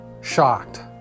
shocked